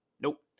Nope